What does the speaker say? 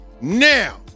Now